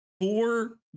Four